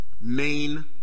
main